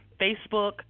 facebook